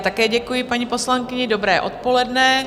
Také děkuji paní poslankyni, dobré odpoledne.